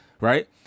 right